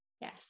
Yes